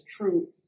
true